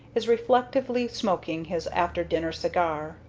is reflectively smoking his after-dinner cigar.